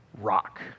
Rock